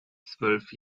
zwölf